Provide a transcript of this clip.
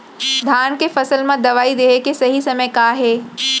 धान के फसल मा दवई देहे के सही समय का हे?